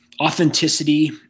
Authenticity